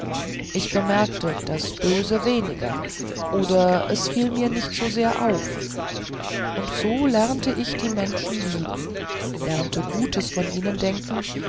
ich bemerkte das böse weniger oder es fiel mir nicht so sehr auf und so lernte ich die menschen lieben lernte gutes von ihnen denken